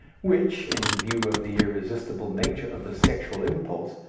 which, in view of the irresistible nature of the sexual impulse,